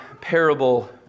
parable